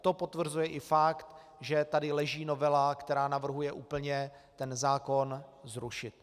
To potvrzuje i fakt, že tady leží novela, která navrhuje úplně ten zákon zrušit.